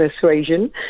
Persuasion